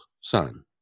son